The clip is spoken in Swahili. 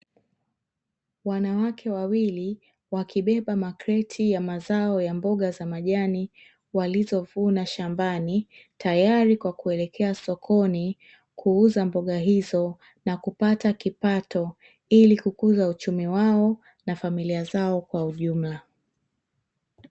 Wanawake wawili, wakibeba makreti ya mazao ya mboga za majani walizovuna shambani, tayari kwa kuelekea sokoni kuuza mboga hizo na kupata kipato, ili kukuza uchumi wao na familia zao kwa ujumla.